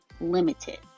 limited